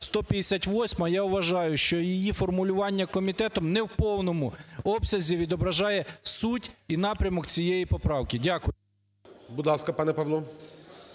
158, я вважаю, що її формулювання комітетом не в повному обсязі відображає суть і напрямок цієї поправки. Дякую. ГОЛОВУЮЧИЙ. Будь ласка, пане Павло.